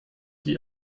wie